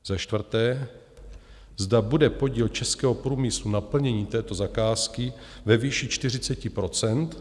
Za čtvrté, zda bude podíl českého průmyslu na plnění této zakázky ve výši 40 %?